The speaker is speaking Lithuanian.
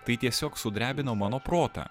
tai tiesiog sudrebino mano protą